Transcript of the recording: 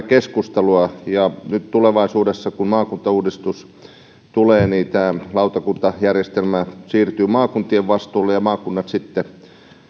keskustelua nyt tulevaisuudessa kun maakuntauudistus tulee lautakuntajärjestelmä siirtyy maakuntien vastuulle ja maakunnat sitten